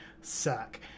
suck